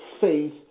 faith